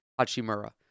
Hachimura